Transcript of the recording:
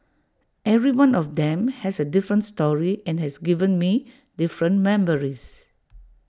every one of them has A different story and has given me different memories